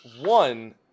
One